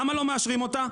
למה לא מאשרים אותה?